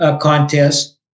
contest